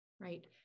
Right